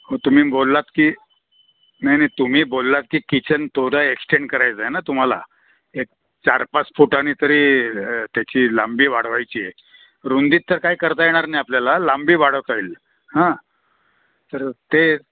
हो तुम्ही बोललात की नाही नाही तुम्ही बोललात की किचन थोडा एक्स्टेंड करायचा आहे ना तुम्हाला एक चार पाच फूटाने तरी त्याची लांबी वाढवायची आहे रुंदी तर काय करता येणार नाही आपल्याला लांबी वाढवता येईल हां तर ते